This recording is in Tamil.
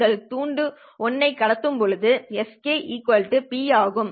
நீங்கள் துண்டு 1 ஐ கடத்தும் போது skP1r ஆகும்